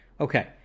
Okay